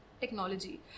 technology